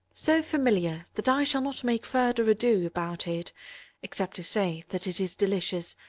so familiar that i shall not make further ado about it except to say that it is delicious,